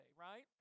right